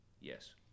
yes